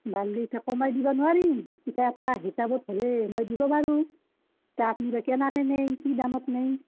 এতিয়া কমাই দিব নোৱাৰিম কিবা এটা হিচাবত হ'লে মই দিব পাৰোঁ কি দামত নিয়ে